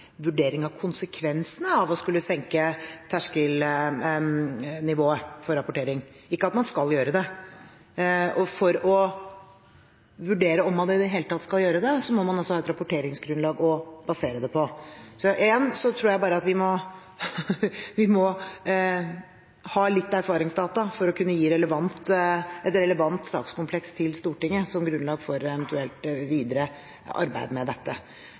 vurdering av konsekvensene av å skulle senke terskelnivået for rapportering, ikke at man skal gjøre det. For å vurdere om man i det hele tatt skal gjøre det, må man ha et rapporteringsgrunnlag å basere det på. Igjen tror jeg vi må ha litt erfaringsdata for å kunne gi et relevant sakskompleks til Stortinget som grunnlag for eventuelt videre arbeid med dette.